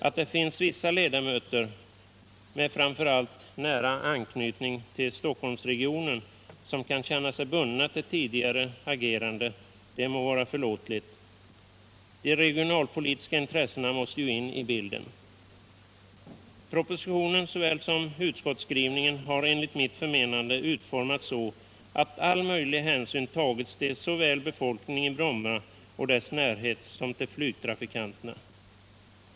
Att det finns vissa ledamöter — med framför allt nära anknytning till Stockholmsregionen — som kan känna sig bundna till tidigare agerande må vara förlåtligt. De regionalpolitiska intressena måste ju in i bilden. Propositionen och utskottsskrivningen har enligt mitt förmenande utformats så, att all möjlig hänsyn tagits såväl till befolkningen i Bromma och dess närhet som till flygtrafikanterna.